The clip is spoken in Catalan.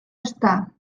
està